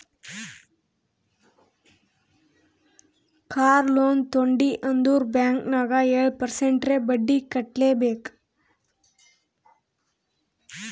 car loan ತೊಂಡಿ ಅಂದುರ್ bank ನಾಗ್ ಏಳ್ ಪರ್ಸೆಂಟ್ರೇ ಬಡ್ಡಿ ಕಟ್ಲೆಬೇಕ್